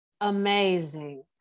amazing